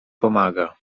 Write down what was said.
pomaga